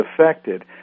affected